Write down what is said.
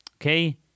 Okay